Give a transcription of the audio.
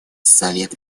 совет